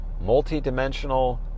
multi-dimensional